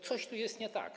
Coś tu jest nie tak.